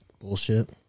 bullshit